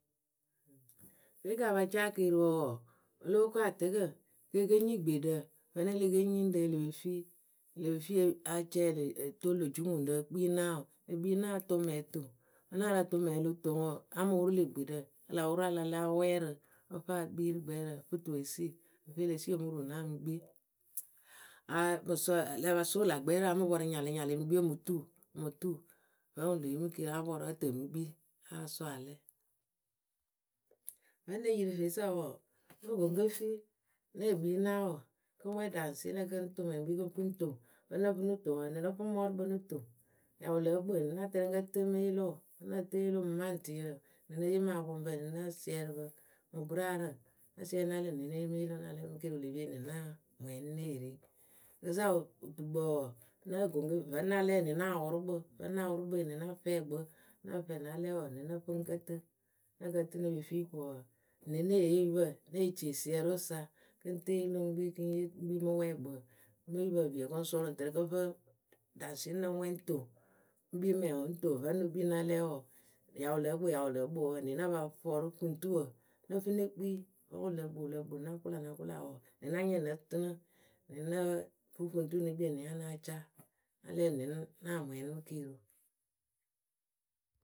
Pe kɨ a pa caa keeriwǝ wɔɔ, o lóo ko atɛɛkǝ ke e ke nyiŋ gbeɖǝ vǝnɨ le ke nyiŋ rɨ e le pe fii Le pe fii e a cɛɛlɩ o toolu lö juŋʊŋrǝ e kpii naawǝ ekpii naawǝ tʊ mɛɛŋ toŋ. naawǝ la tʊʊ mɛɛŋ lo toŋ wɔɔ a mɨ wʊrʊ lë gbeɖǝ a la wʊrʊ a la lɛ a wɛɛ rɨ ǝ fɨ a kpii rɨ gbɛɛrǝ fɨ tuwǝ e sii ǝ lǝ fɨ e le sii o mɨ ruu naaw mɨ kpii. A a la pa sʊʊrʊ lä gbɛɛrǝ a mɨ pɔrʊ nyalɨ nyalɨ e mɨ kpii o mɨ tuu o mɨ tuu Vǝ́ wɨ le yee mɨ ke a pɔrʊ ǝ tɨ e mɨ kpii a sɔɔ a lɛ Vǝ́ ŋ́ ne yi rɨ fee sa wɔɔ ŋ́ noh ko ŋ́ ke fii ŋ́ neh kpii naawǝ kǝ ŋ́ wɛɛ ɖarɨsierǝ kɨ ŋ́ tʊʊ mɛɛŋ ŋ́ kpii kɨ ŋ́ fɨ ŋ́ toŋ kǝ́ ŋ́ nǝ fɨ no toŋ wɔɔ o nɨ we ŋ́ nǝ fɨ mɔɔrʊkpǝ no toŋ Ya wɨ lǝ́ǝ kpɨ e nɨ we ŋ́ na tɛlɩ ŋ́ kǝ tɨɨ mɨ yɩlɩw, ŋ́ nǝ tɨɨ yɩlɩwʊ mɨ maŋtɩyǝ wǝ e nɨ we ŋ́ ne yee mɨ apɔŋpǝ e nɨwe ŋ́ na siɛrɩ pɨ mɨ bʊraarǝ mɨ keeri wɨ le pie e nɨ we nah mwɛɛnɩ ŋ́ neh ri rɨ za wɔɔ wɨtukpǝ wɔɔ ŋ́ nǝh fɨ kɨ, vǝ́ ŋ́ na lɛ e nɨ we ŋ́ na fɛɛ kpɨ ŋ́ na fɛɛ na lɛ wǝǝ e nɨ we ŋ́ nǝ fɨ ŋ́ kǝ tɨɨ nǝ kǝ tɨɨ ne pe fii ko wɔɔ. e nɨ we neh yee oyupǝ. Ŋ́ neh cee siɛrɩwǝ sa kɨ ŋ́ tɨɨ yɩlɩwʊ ŋ́ kpii kɨ ŋ́ yee ŋ́ kpii mɨ wɨpwɛɛkpǝ kɨ mo oyupǝ pɨ pie kɨ ŋ́ sʊʊrʊ ŋ́ tɨnɨ kɨ ŋ́ fɨ ɖasiɛŋrǝ ŋ́ wɛɛ ŋ́ toŋ.,Ŋ́ kpii mɛɛŋwǝ ŋ́ toŋ vǝ́ ne kpii na lɛ wɔɔ wɨ ya wɨ lǝ́ǝ kpɨ wɨ ya wɨ lǝ́ǝ kpɨ e nɨ we ŋ́ na pa fɔrʊ fuŋtuwǝ,ŋ́ nǝ fɨ ne kpii vǝ́ wɨ lǝ kpɨ wɨ lǝ kpɨ na kʊla na kʊla wɔɔ e na nyɛɛ nǝ tɨnɨ e ne nǝ fɨ fuŋtuwǝ ne kpii enwe nya náa caa na lɛ enwe nah mwɛɛnɩ keeriwǝ.